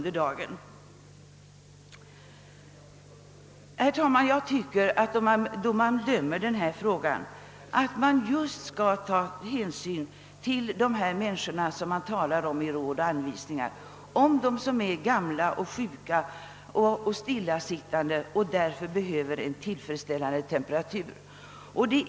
Då man bedömer denna fråga bör man ta hänsyn till just de människor som det talas om i dessa råd och an visningar: de gamla, sjuka och stillasittande som. behöver en högre rumstemperatur.